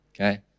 Okay